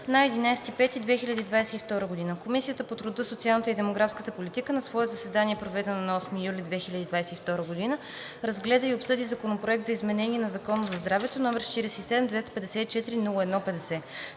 на 11 май 2022 г. Комисията по труда, социалната и демографската политика на свое заседание, проведено на 8 юли 2022 г., разгледа и обсъди Законопроекта за изменение на Закона за здравето, № 47-254-01-50.